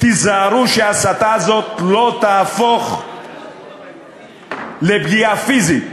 תיזהרו שההסתה הזאת לא תהפוך לפגיעה פיזית.